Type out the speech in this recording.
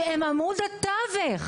שהם עמוד התווך,